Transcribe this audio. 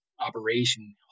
operation